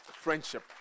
friendship